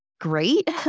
great